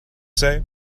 say